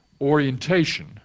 orientation